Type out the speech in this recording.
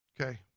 Okay